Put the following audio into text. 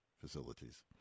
facilities